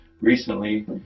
recently